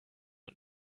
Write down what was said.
und